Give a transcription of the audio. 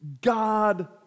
God